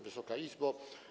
Wysoka Izbo!